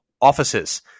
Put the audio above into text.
offices